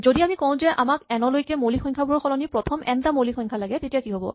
যদি আমি কওঁ যে আমাক এন লৈকে মৌলিক সংখ্যাবোৰৰ সলনি প্ৰথম এন টা মৌলিক সংখ্যা লাগে তেতিয়া কি হ'ব